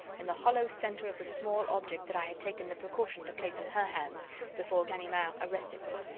in the hollow centre of the small object that i had taken the precaution to place in her hands before ganimard arrested me,